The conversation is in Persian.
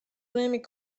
نمی